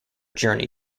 journey